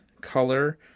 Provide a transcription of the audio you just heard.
color